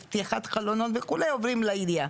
לפתיחת חלונות וכו' עוברים לעירייה.